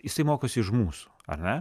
jisai mokosi iš mūsų ar ne